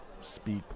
speak